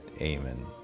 Amen